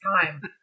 time